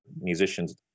musicians